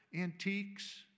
antiques